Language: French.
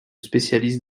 spécialise